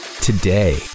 today